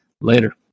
later